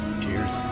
Cheers